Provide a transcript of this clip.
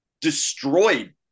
destroyed